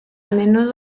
menudo